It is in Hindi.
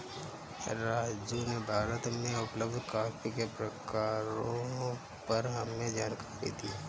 राजू ने भारत में उपलब्ध कॉफी के प्रकारों पर हमें जानकारी दी